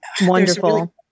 wonderful